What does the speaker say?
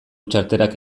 txartelak